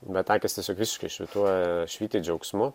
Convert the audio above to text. bet akys tiesiog visiškai švytuoja švyti džiaugsmu